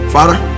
Father